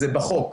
זה בחוק,